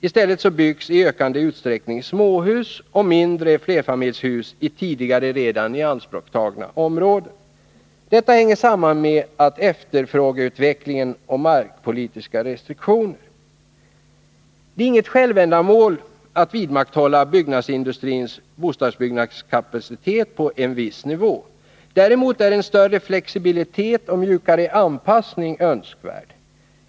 I stället byggs i ökande utsträckning småhus och mindre flerfamiljshus i tidigare redan ianspråktagna områden. Detta hänger samman både med efterfrågeutvecklingen och med markpolitiska restriktioner. Det är inget självändamål att vidmakthålla byggnadsindustrins bostadsbyggnadskapacitet på en viss nivå. Däremot är en större flexibilitet och mjukare anpassning önskvärd.